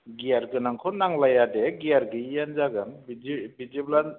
गियार गोनांखौ नांलाया दे गियार गैयैयानो जागोन बिदि बिदिब्ला